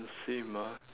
the same ah